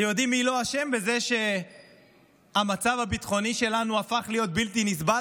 אתם יודעים מי לא אשם בזה שהמצב הביטחוני שלנו הפך להיות בלתי נסבל,